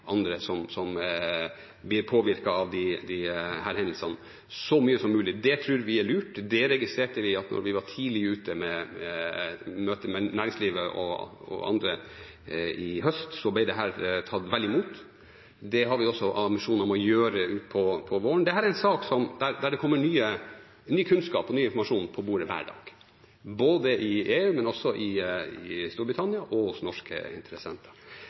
andre som blir påvirket av disse hendelsene, så mye som mulig. Det tror vi er lurt. Vi registrerte at da vi var tidlig ute med møte med næringslivet og andre i høst, så ble det tatt vel imot. Det har vi også ambisjoner om å gjøre utpå våren. Dette er en sak der det kommer ny kunnskap og ny informasjon på bordet hver dag, både i EU, i Storbritannia og også hos norske interessenter.